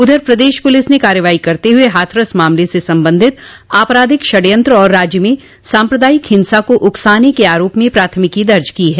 उधर प्रदेश पुलिस ने कार्रवाई करते हुए हाथरस मामले से संबंधित आपराधिक षडयंत्र और राज्य में साम्प्रदायिक हिंसा को उकसाने के आरोप में प्राथमिकी दर्ज की है